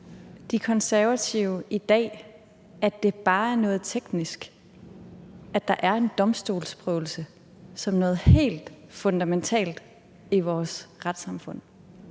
De Konservative i dag, at det bare er noget teknisk, at der er en domstolsprøvelse – noget helt fundamentalt i vores retssamfund?